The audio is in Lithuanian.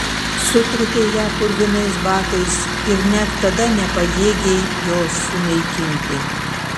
sutrypei ją purvinais batais ir net tada nepajėgei jos sunaikinti